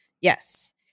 yes